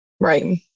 Right